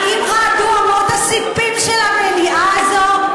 האם רעדו אמות הספים של המליאה הזאת?